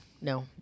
No